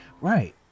Right